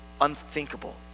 unthinkable